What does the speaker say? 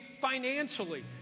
financially